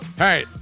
Hey